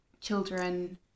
children